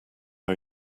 are